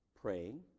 praying